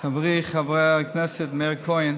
חברי חבר הכנסת מאיר כהן,